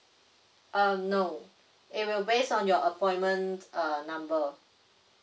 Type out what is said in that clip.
uh no it will based on your appointment uh number